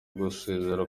gusezera